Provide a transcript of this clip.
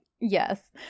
Yes